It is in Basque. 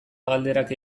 galderak